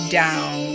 down